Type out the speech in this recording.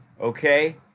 okay